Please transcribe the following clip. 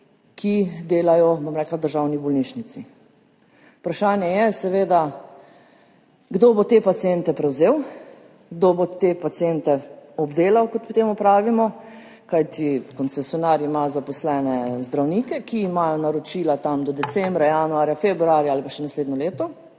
ki delajo, bom rekla, v državni bolnišnici. Vprašanje je seveda, kdo bo te paciente prevzel, kdo bo te paciente obdelal, kot temu pravimo. Kajti koncesionar ima zaposlene zdravnike, ki imajo naročila tam do decembra, januarja, februarja ali pa še naslednje leto,